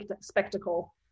spectacle